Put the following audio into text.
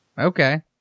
Okay